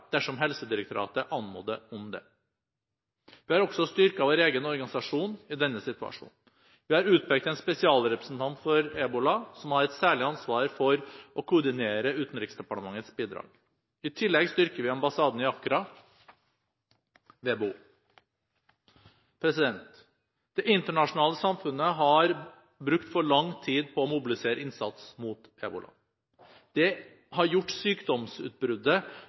dersom Helsedirektoratet anmoder om det. Vi har også styrket vår egen organisasjon i denne situasjonen. Vi har utpekt en spesialrepresentant for ebola som har et særlig ansvar for å koordinere Utenriksdepartementets bidrag. I tillegg styrker vi ambassaden i Accra ved behov. Det internasjonale samfunnet har brukt for lang tid på å mobilisere innsats mot ebola. Det har gjort sykdomsutbruddet